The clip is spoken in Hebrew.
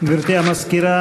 גברתי המזכירה,